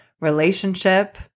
relationship